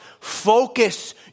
focus